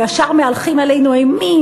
וישר מהלכים עלינו אימים,